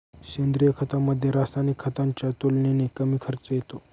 सेंद्रिय खतामध्ये, रासायनिक खताच्या तुलनेने कमी खर्च येतो